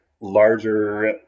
larger